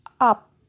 up